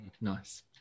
Nice